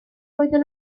oeddwn